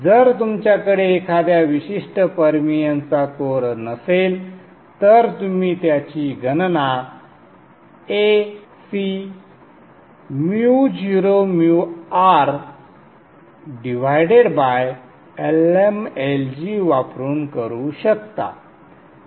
जर तुमच्याकडे एखाद्या विशिष्ट परमिअन्स चा कोअर नसेल तर तुम्ही त्याची गणना वापरून करू शकता